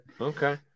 Okay